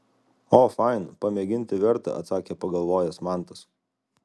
o fain pamėginti verta atsakė pagalvojęs mantas